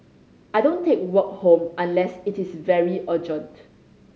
I don't take work home unless it is very urgent